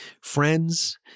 friends